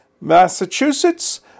Massachusetts